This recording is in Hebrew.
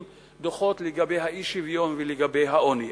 דוחות לגבי האי-שוויון ולגבי העוני.